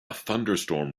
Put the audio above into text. thunderstorm